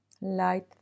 light